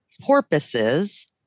porpoises